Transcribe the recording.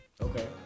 Okay